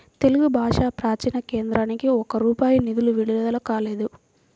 తెలుగు భాషా ప్రాచీన కేంద్రానికి ఒక్క రూపాయి నిధులు విడుదల కాలేదు